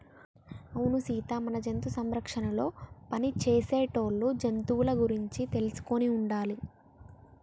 అవును సీత మన జంతు సంరక్షణలో పని చేసేటోళ్ళు జంతువుల గురించి తెలుసుకొని ఉండాలి